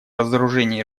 разоружение